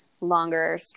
longer